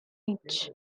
each